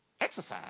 exercise